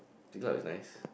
Siglap is nice